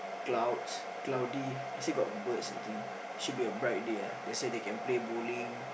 clouds cloudy I see got birds I think should be a bright day ah that's why they can play bowling